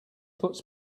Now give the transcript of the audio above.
puts